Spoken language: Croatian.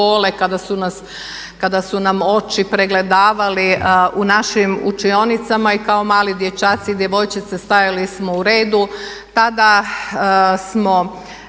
kada su nam oči pregledavali u našim učionicama i kao mali dječaci i djevojčice stajali smo u redu. Tada smo